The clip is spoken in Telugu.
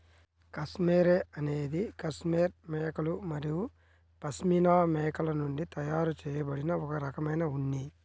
కష్మెరె అనేది కష్మెరె మేకలు మరియు పష్మినా మేకల నుండి తయారు చేయబడిన ఒక రకమైన ఉన్ని